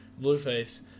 Blueface